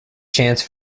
chance